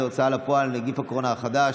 הצעת חוק ההוצאה לפועל (נגיף הקורונה החדש)